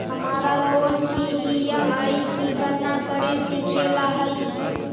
हमारा लोन की ई.एम.आई की गणना करे सीखे ला हई